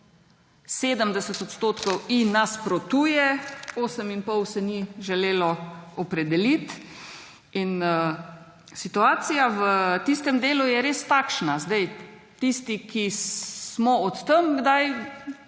70 % ji nasprotuje, 8,5 % se ni želelo opredeliti. In situacija v tistem delu je res takšna. Tisti, ki smo od tam,